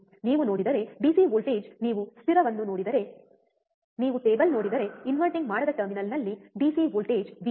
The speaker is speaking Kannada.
ನೀವು ನೋಡಿದರೆ ಡಿಸಿ ವೋಲ್ಟೇಜ್ ನೀವು ಸ್ಥಿರವನ್ನು ನೋಡಿದರೆ ನೀವು ಟೇಬಲ್ ನೋಡಿದರೆ ಇನ್ವರ್ಟಿಂಗ್ ಮಾಡದ ಟರ್ಮಿನಲ್ ನಲ್ಲಿ ಡಿಸಿ ವೋಲ್ಟೇಜ್ ವಿV